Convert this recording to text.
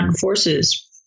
forces